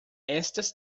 estas